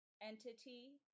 Entity